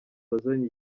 wazanye